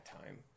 time